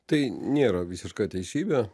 tai nėra visiška teisybė